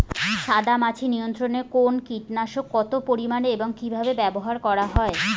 সাদামাছি নিয়ন্ত্রণে কোন কীটনাশক কত পরিমাণে এবং কীভাবে ব্যবহার করা হয়?